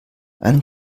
einen